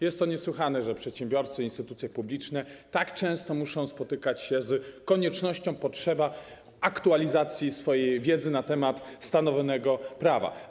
Jest to niesłychane, że przedsiębiorcy, instytucje publiczne tak często muszą spotykać się z koniecznością, potrzebą aktualizacji swojej wiedzy na temat stanowionego prawa.